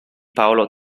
paolo